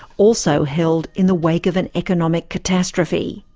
also held in the wake of an economic catastrophe.